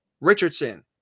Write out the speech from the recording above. Richardson